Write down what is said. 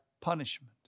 punishment